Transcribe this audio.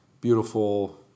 beautiful